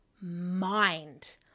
mind